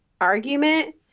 argument